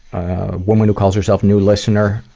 a woman who calls herself new listener,